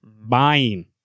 buying